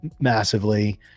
massively